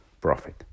profit